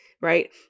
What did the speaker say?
Right